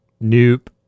Nope